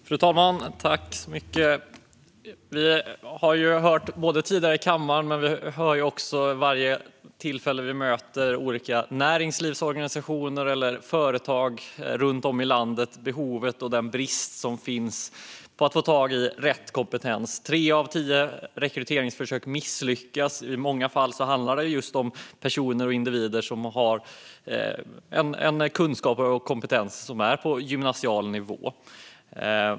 Fru talman! Vi har både tidigare i kammaren och vid varje tillfälle vi mött olika näringslivsorganisationer eller företag runt om i landet hört om den brist som råder när man vill få tag på rätt kompetens. Tre av tio rekryteringsförsök misslyckas. I många fall handlar det om att personer ska ha kunskaper och kompetens från gymnasial nivå.